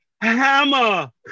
hammer